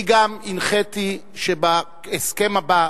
אני גם הנחיתי שבהסכם הבא,